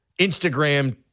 Instagram